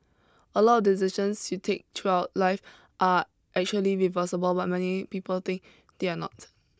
a lot of decisions you take throughout life are actually reversible but many people think they're not